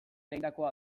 egindakoa